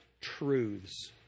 truths